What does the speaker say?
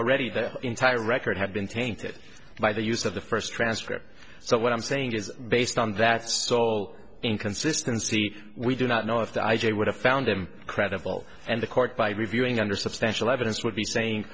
already their entire record had been tainted by the use of the first transcript so what i'm saying is based on that so inconsistency we do not know if the i j a would have found him credible and the court by reviewing under substantial evidence would be sa